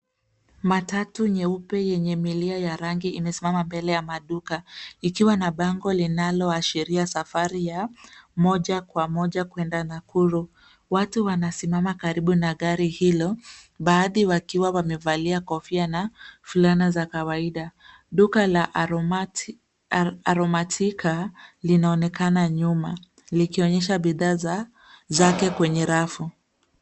Matatu nyeupe yenye milia rangi imesimama mbele ya maduka. Ikiwa na bango linaloashiria safari ya moja kwa moja kwenda Nakuru. Watu wanasimama karibu na gari hilo, baadhi wakiwa wamevalia kofia na fulana za kawaida. Duka la Aromatika linaonekana nyuma. Likionyesha bidhaa zake kwenye rafu.